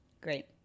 great